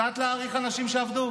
קצת להעריך אנשים שעבדו.